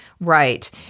Right